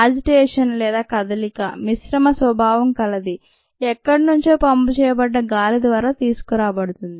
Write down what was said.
agitation కదలిక మిశ్రమ స్వభావం కలది ఎక్కడ నుంచో పంప్ చేయబడ్డ గాలి ద్వారా తీసుకురాబడుతుంది